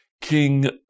King